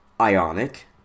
Ionic